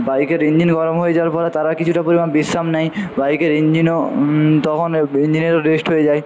বাইকের ইঞ্জিন গরম হয়ে যাওয়ার পরে তারা কিছুটা পরিমাণ বিশ্রাম নেয় বাইকের ইঞ্জিনও তখন ইঞ্জিনেরও রেস্ট হয়ে যায়